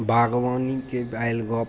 बागवानीके आयल गप